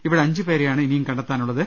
ഇവിടെ അഞ്ചുപേരെയാണ് ഇനിയും കണ്ടെത്താനുള്ളത്